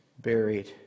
buried